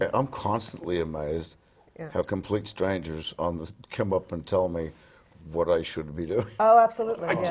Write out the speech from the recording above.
ah i'm constantly amazed how complete strangers on the, come up and tell me what i should be doing. oh absolutely.